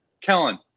Kellen